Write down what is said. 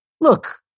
Look